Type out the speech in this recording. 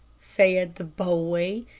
said the boy,